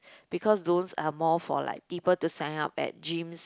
because those are more for like people to sign up at gyms